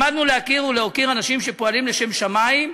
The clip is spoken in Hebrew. למדנו להכיר ולהוקיר אנשים שפועלים לשם שמים,